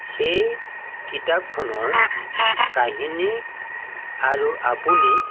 সেই কিতাপখনৰ কাহিনী আৰু আপুনি